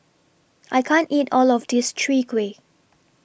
I can't eat All of This Chwee Kueh